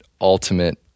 ultimate